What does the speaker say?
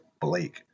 Blake